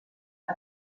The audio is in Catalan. per